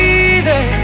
easy